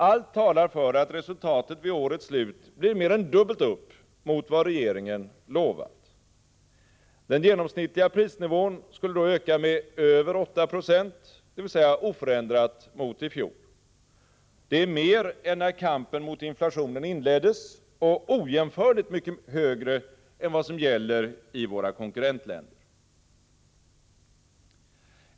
Allt talar för att resultatet vid årets slut blir mer än dubbelt upp mot vad regeringen lovat. Den genomsnittliga prisnivån skulle då öka med över 8 96, dvs. oförändrat mot i fjol. Det är mer än när kampen mot inflationen inleddes och ojämförligt mycket högre än vad som gäller i våra konkurrentländer.